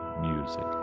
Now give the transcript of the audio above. Music